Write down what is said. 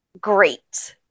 great